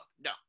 No